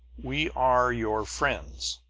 we are your friends.